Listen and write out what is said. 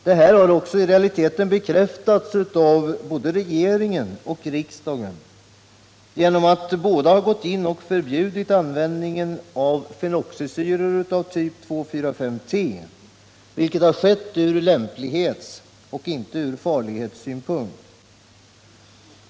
Detta har också i realiteten bekräftats av att regering och riksdag har förbjudit användningen av fenoxisyror av typ 2,4,5-T, vilket har skett från lämplighetsoch inte farlighetssynpunkt.